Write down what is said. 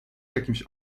jakimś